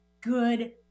good